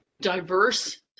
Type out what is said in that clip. diverse